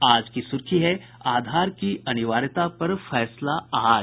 आज की सुर्खी है आधार की अनिवार्यता पर फैसला आज